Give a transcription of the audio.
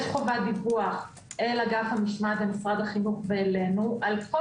יש חובת דיווח אל אגף המשמעת במשרד החינוך ואלינו על כל